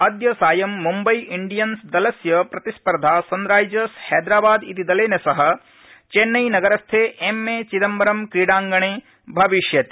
अद्य सायं मम्बई डियंस दलस्य प्रतिस्पर्धा सनरा विर्स हैदराबाद श्ति दलेन सह चेन्नई नगरस्थे एमए चिदम्बरम् क्रीडाङ्गणे भविष्यति